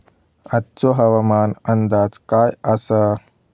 आजचो हवामान अंदाज काय आसा?